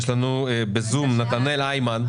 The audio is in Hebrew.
יש לנו בזום את נתנאל היימן.